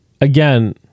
Again